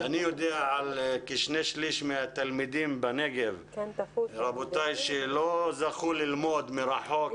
אני יודע שכשני שלישים מהתלמידים בנגב לא זכו ללמוד מרחוק